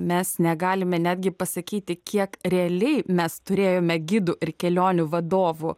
mes negalime netgi pasakyti kiek realiai mes turėjome gidų ir kelionių vadovų